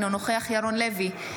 אינו נוכח ירון לוי,